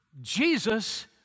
Jesus